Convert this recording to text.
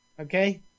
Okay